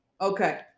Okay